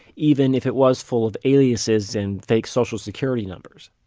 even if it was full of aliases and fake social security numbers.